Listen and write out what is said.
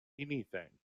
anything